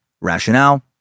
rationale